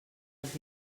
els